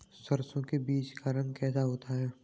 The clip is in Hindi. सरसों के बीज का रंग कैसा होता है?